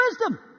wisdom